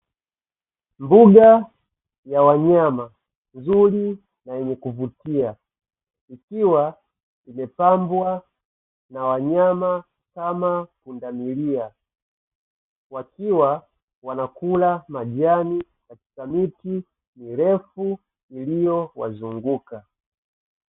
Mbuga ya wanyama nzuri na yenye kuvutia ikiwa imepambwa na wanyama kama pundamilia, wakiwa wanakula majani katika miti mirefu iliyowazunguka.